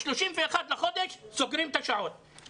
ב-31 בחודש סוגרים את ההעברות.